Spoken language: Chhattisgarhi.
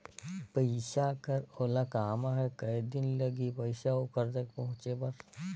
पइसा कर ओला काम आहे कये दिन लगही पइसा ओकर जग पहुंचे बर?